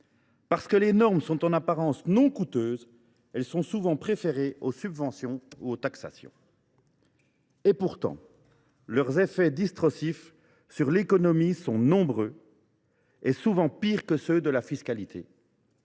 Parce que les normes sont en apparence non coûteuses, elles sont souvent préférées aux subventions ou aux taxations. Pourtant, leurs effets distorsifs sur l’économie sont nombreux et souvent pires que ceux de la fiscalité